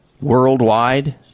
worldwide